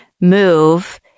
move